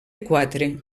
quatre